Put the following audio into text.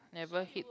never hit